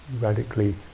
radically